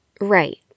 Right